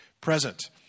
present